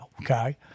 Okay